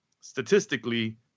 statistically